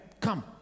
come